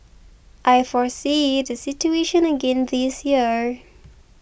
I foresee the situation again this year